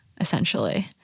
essentially